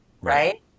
right